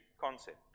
concept